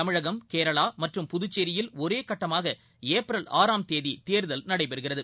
தமிழகம் கேரளாமற்றும் புதுச்சேரியில் ஒரேகட்டமாகஏப்ரல் ஆறாம் தேதிதேர்தல் நடைபெறுகிறது